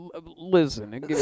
Listen